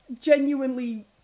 genuinely